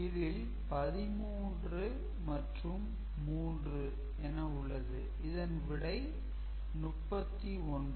இதில் 13 மற்றும் 3 என உள்ளது இதன் விடை 39